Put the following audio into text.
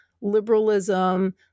liberalism